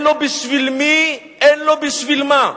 אין לו בשביל מי, אין לו בשביל מה.